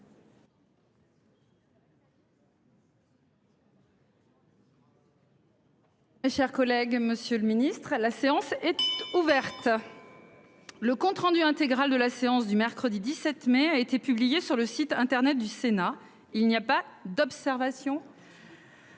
Mes chers collègues, Monsieur le Ministre, la séance est ouverte. Le compte-rendu intégral de la séance du mercredi 17 mai a été publié sur le site internet du Sénat, il n'y a pas d'observation.